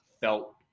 felt